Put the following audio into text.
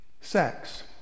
sex